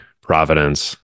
providence